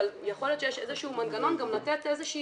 אבל יכול להיות שיש איזשהו מנגנון גם לתת איזושהי